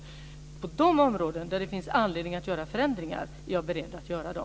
På de områden där det finns anledning att göra förändringar är jag beredd att göra dem.